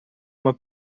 uma